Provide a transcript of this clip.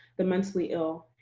the mentally ill,